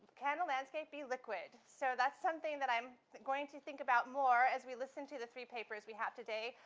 can a landscape be liquid? so that's something that i'm going to think about more as we listen to the three papers we have today.